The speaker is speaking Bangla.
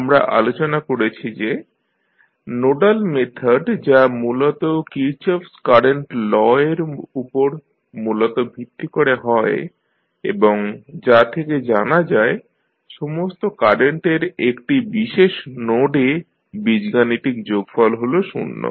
আমরা আলোচনা করেছি যে নোডাল মেথড যা মূলত Kirchhoff's current law Kirchhoffs Current law এর উপর মূলত ভিত্তি করে হয় এবং যা থেকে জানা যায় সমস্ত কারেন্ট এর একটি বিশেষ নোড এ বীজগাণিতিক যোগফল হল শূন্য